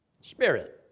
spirit